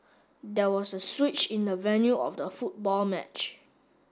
there was a switch in the venue of the football match